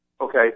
okay